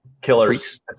killers